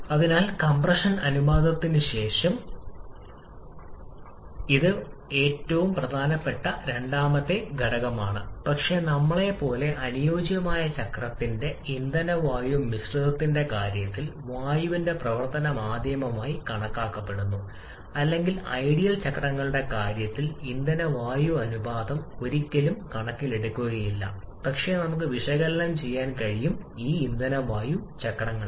അതിനാൽ കംപ്രഷൻ അനുപാതത്തിനുശേഷം ഇത് ഒരുപക്ഷേ ഏറ്റവും പ്രധാനപ്പെട്ട രണ്ടാമത്തെ ഘടകമാണ് പക്ഷേ നമ്മളെപ്പോലെ അനുയോജ്യമായ ചക്രത്തിന്റെ ഇന്ധന വായു മിശ്രിതത്തിന്റെ കാര്യത്തിൽ വായുവിനെ പ്രവർത്തന മാധ്യമമായി കണക്കാക്കുന്നു അല്ലെങ്കിൽ ഐഡിയൽ ചക്രങ്ങളുടെ കാര്യത്തിൽ ഇന്ധന വായു അനുപാതം ഒരിക്കലും കണക്കിലെടുക്കില്ല പക്ഷേ നമുക്ക് വിശകലനം ചെയ്യാൻ കഴിയും ഈ ഇന്ധന വായു ചക്രങ്ങളിൽ